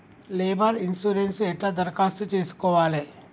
Labour insurance ఎట్ల దరఖాస్తు చేసుకోవాలే?